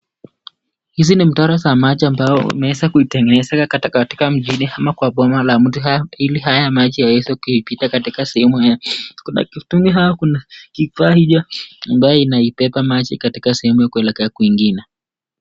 Hizi ni mtaro za maji ambayo wameweza kuitengeneza katika mjini ama kwa boma ya mtu ili haya maji yaweze kupita katika sehemu hii kuna kifaa hiyo ambayo inaibeba maji katika kuelekea kuingine .